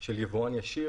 של יבואן ישיר.